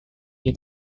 dia